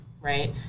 right